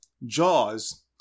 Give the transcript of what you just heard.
jaws